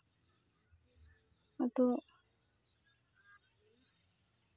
ᱟᱫᱚ